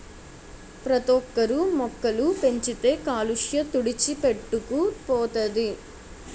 ప్రతోక్కరు మొక్కలు పెంచితే కాలుష్య తుడిచిపెట్టుకు పోతది